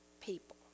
people